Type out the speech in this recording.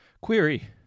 Query